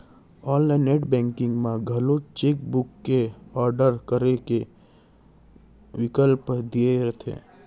online net banking म घलौ cheque book के आडर करे के बिकल्प दिये रथे